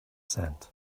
sand